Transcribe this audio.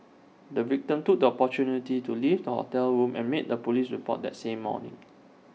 the victim took the opportunity to leave the hotel room and made A Police report that same morning